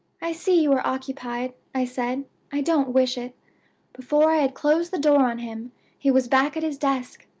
i see you are occupied i said i don't wish it before i had closed the door on him he was back at his desk.